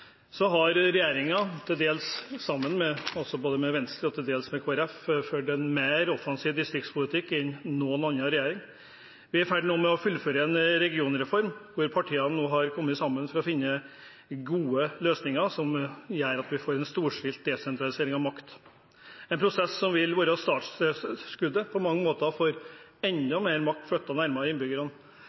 dels sammen med både Venstre og Kristelig Folkeparti, ført en mer offensiv distriktspolitikk enn noen annen regjering. Vi er nå i ferd med å fullføre en regionreform der partiene har kommet sammen for å finne gode løsninger som gjør at vi får en storstilt desentralisering av makt – en prosess som på mange måter vil være startskuddet for enda mer makt flyttet nærmere innbyggerne.